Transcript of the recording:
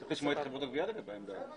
צריך לשמוע את חברות הגבייה לגבי העמדה הזאת.